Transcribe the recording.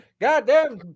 goddamn